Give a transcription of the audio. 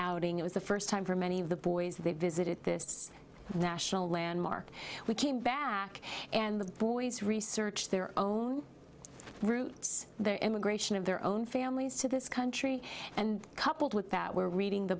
outing it was the first time for many of the boys they visited this national landmark we came back and the boys research their own roots their immigration of their own families to this country and coupled with that we're reading the